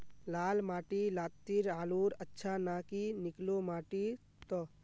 लाल माटी लात्तिर आलूर अच्छा ना की निकलो माटी त?